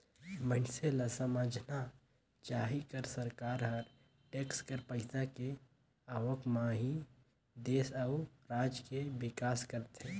मइनसे ल समझना चाही कर सरकार हर टेक्स कर पइसा के आवक म ही देस अउ राज के बिकास करथे